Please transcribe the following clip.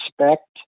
respect